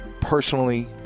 personally